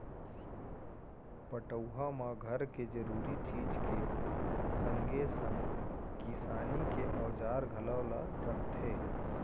पटउहाँ म घर के जरूरी चीज के संगे संग किसानी के औजार घलौ ल रखथे